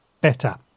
better